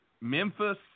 Memphis